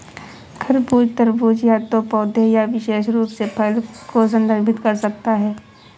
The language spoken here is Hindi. खरबूज, तरबूज या तो पौधे या विशेष रूप से फल को संदर्भित कर सकता है